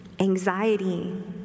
anxiety